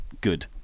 good